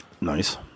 Nice